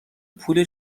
پول